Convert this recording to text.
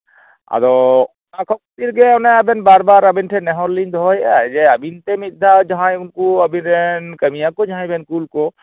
ᱟᱫᱚ ᱚᱱᱟ ᱠᱚ ᱠᱷᱟᱹᱛᱤᱨ ᱜᱮ ᱚᱱᱮ ᱟᱵᱮᱱ ᱴᱷᱮᱱ ᱵᱟᱨ ᱵᱟᱨ ᱱᱮᱦᱚᱨ ᱞᱤᱧ ᱫᱚᱦᱚᱭᱮᱫᱟ ᱡᱮ ᱟᱵᱤᱱᱛᱮ ᱢᱤᱫ ᱫᱷᱟᱣ ᱡᱟᱦᱟᱸᱭ ᱩᱱᱠᱩ ᱟᱵᱤᱱ ᱨᱮᱱ ᱠᱟᱹᱢᱤᱭᱟᱹ ᱠᱚ ᱡᱟᱦᱟᱸᱭ ᱵᱮᱱ ᱠᱩᱞ ᱠᱚ